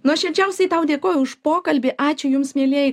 nuoširdžiausiai tau dėkoju už pokalbį ačiū jums mielieji